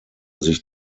sich